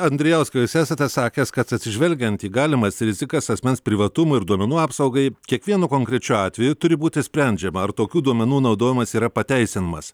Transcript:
andrijauskai jūs esate sakęs kad atsižvelgiant į galimas rizikas asmens privatumo ir duomenų apsaugai kiekvienu konkrečiu atveju turi būti sprendžiama ar tokių duomenų naudojimas yra pateisinamas